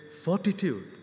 fortitude